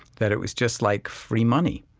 that it was just like free money,